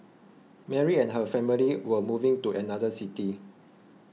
Mary and her family were moving to another city